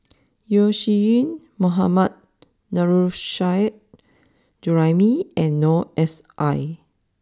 Yeo Shih Yun Mohammad Nurrasyid Juraimi and Noor S I